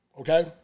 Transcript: okay